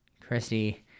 christy